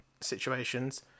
situations